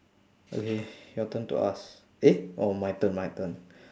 okay your turn to ask eh oh my turn my turn